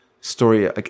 story